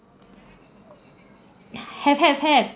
have have have